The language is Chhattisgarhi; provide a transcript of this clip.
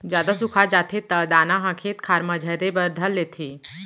जादा सुखा जाथे त दाना ह खेत खार म झरे बर धर लेथे